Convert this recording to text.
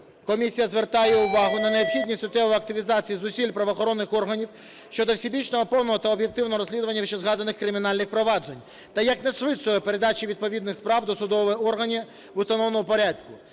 Комісія звертає увагу на необхідність суттєвої активізації зусиль правоохоронних органів щодо всебічного, повного та об'єктивного розслідування вищезгаданих кримінальних проваджень та якнайшвидшої передачі відповідних справ до судових органів в установленому порядку.